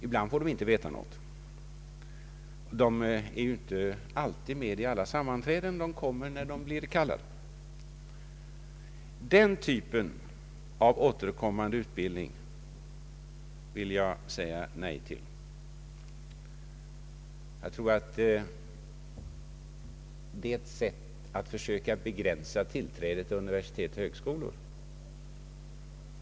Ibland får de inte veta någonting. De är inte med vid alla sammanträden. De kommer när de blir kallade. Den typen av återkommande utbildning vill jag säga nej till. Jag tror att det är ett sätt att försöka begränsa tillträdet till universitet och högskolor.